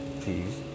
please